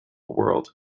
world